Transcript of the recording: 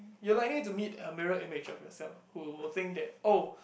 you're likely to meet a mirror image of yourself who will think that oh